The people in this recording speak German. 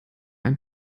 ein